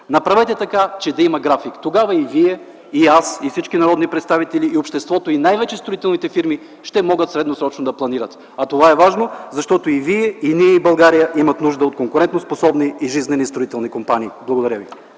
Направете така, че да има график. Тогава и Вие, и аз, и всички народни представители, и обществото, и най-вече строителните фирми ще могат средносрочно да планират. Това е важно, защото и Вие, и ние, и България имаме нужда от конкурентоспособни и жизнени строителни компании. Благодаря ви.